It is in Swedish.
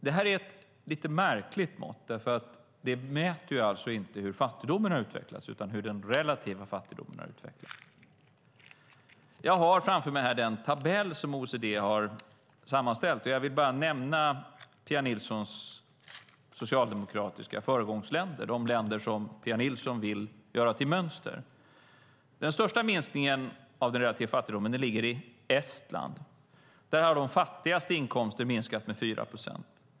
Detta är ett lite märkligt mått därför att det inte mäter hur fattigdomen har utvecklats utan hur den relativa fattigdomen har utvecklats. Jag har framför mig den tabell OECD har sammanställt, och jag vill bara nämna Pia Nilssons socialdemokratiska föregångsländer - de länder Pia Nilsson vill göra till mönster. Den största minskningen av den relativa fattigdomen finns i Estland. Där har de fattigastes inkomster minskat med 4 procent.